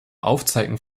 aufzeigen